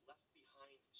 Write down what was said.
left-behind